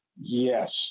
Yes